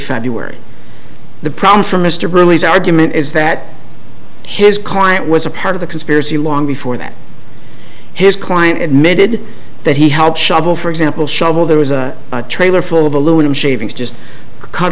february the problem for mr burley's argument is that his client was a part of the conspiracy long before that his client admitted that he helped shovel for example shovel there was a trailer full of aluminum shavings just cut